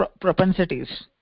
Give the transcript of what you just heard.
propensities